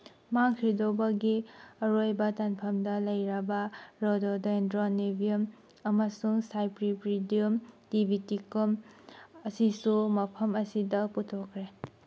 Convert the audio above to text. ꯃꯥꯡꯈ꯭ꯔꯤꯗꯣꯕꯒꯤ ꯑꯔꯣꯏꯕ ꯇꯥꯟꯐꯝꯗ ꯂꯩꯔꯕ ꯔꯣꯗꯣꯗꯦꯟꯗ꯭ꯔꯣꯟ ꯅꯤꯚꯤꯌꯝ ꯑꯃꯁꯨꯡ ꯁꯥꯏꯄ꯭ꯔꯤꯄꯤꯗꯤꯌꯝ ꯇꯤꯕꯤꯇꯤꯀꯝ ꯑꯁꯤꯁꯨ ꯃꯐꯝ ꯑꯁꯤꯗ ꯄꯨꯊꯣꯛꯈ꯭ꯔꯦ